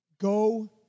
Go